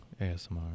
ASMR